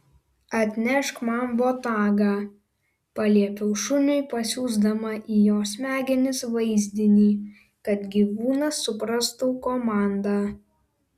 atnešk man botagą paliepiau šuniui pasiųsdama į jo smegenis vaizdinį kad gyvūnas suprastų komandą